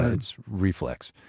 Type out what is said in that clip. it's reflex.